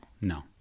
No